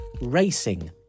racing